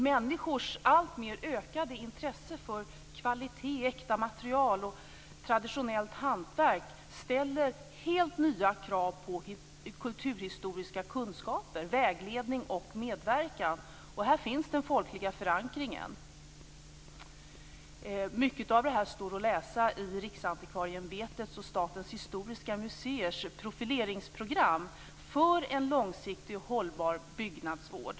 Människors alltmer ökade intresse för kvalitet, äkta material och traditionellt hantverk ställer helt nya krav på kulturhistoriska kunskaper, vägledning och medverkan. Här finns den folkliga förankringen. Mycket av det här står att läsa i Riksantikvarieämbetets och Statens historiska museers profileringsprogram för en långsiktig och hållbar byggnadsvård.